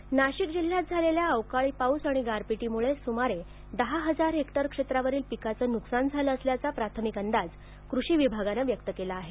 पाऊस नाशिक जिल्ह्यात झालेल्या अवकाळी पाऊस आणि गारपीटीमुळे सुमारे दहा हजार हेक्टर क्षेत्रातील पिकांचे नुकसान झालं असल्याचा प्राथमिक अंदाज कृषी विभागानं व्यक्त केला आहे